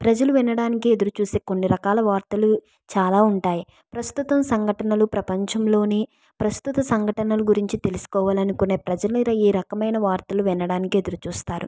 ప్రజలు వినడానికి ఎదురుచూసే కొన్ని రకాల వార్తలు చాలా ఉంటాయి ప్రస్తుత సంఘటనలు ప్రపంచంలోనే ప్రస్తుత సంఘటనలు గురించి తెలుసుకోవాలనుకునే ప్రజలు ఈ రకమైన వార్తలు వినడానికి ఎదురు చూస్తారు